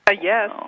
Yes